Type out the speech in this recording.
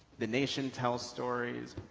the nation tells stories,